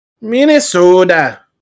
Minnesota